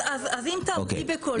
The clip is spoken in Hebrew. אז אם תעמדי בכל זה.